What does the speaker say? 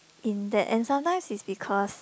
in that and sometimes it's because